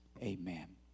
Amen